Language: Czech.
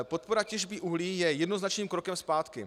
Podpora těžby uhlí je jednoznačným krokem zpátky.